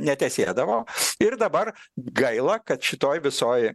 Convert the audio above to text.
netesėdavo ir dabar gaila kad šitoj visoj